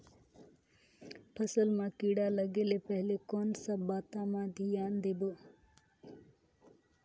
फसल मां किड़ा लगे ले पहले कोन सा बाता मां धियान देबो?